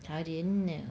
I didn't know